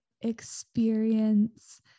experience